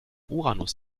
uranus